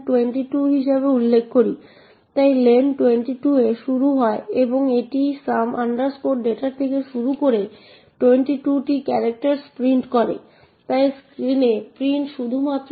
এবং আমরা যে প্রোগ্রামটিতে আগ্রহী তা হল print2 সুতরাং আমরা print2 চালাব এবং আমরা দেখব কিছু অতিরিক্ত মান যা প্রিন্ট হয়ে যায়